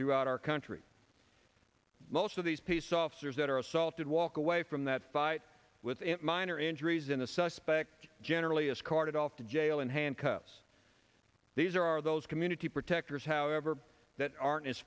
throughout our country most of these peace officers that are assaulted walk away from that fight with a minor injuries in a suspect generally is carted off to jail in handcuffs these are are those community protectors however that aren't as